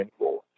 anymore